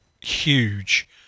huge